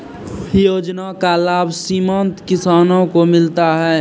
योजना का लाभ सीमांत किसानों को मिलता हैं?